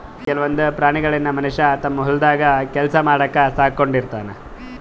ಕೆಲವೊಂದ್ ಪ್ರಾಣಿಗಳನ್ನ್ ಮನಷ್ಯ ತಮ್ಮ್ ಹೊಲದ್ ಕೆಲ್ಸ ಮಾಡಕ್ಕ್ ಸಾಕೊಂಡಿರ್ತಾನ್